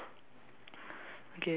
doctor okay